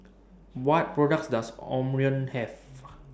What products Does Omron Have